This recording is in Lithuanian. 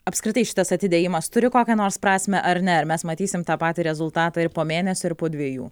apskritai šitas atidėjimas turi kokią nors prasmę ar ne ar mes matysim tą patį rezultatą ir po mėnesio ir po dviejų